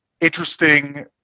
interesting